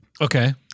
Okay